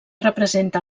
representa